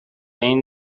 این